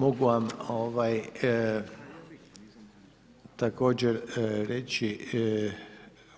Mogu vam također reći